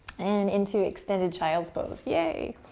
and into extended child's pose, yay.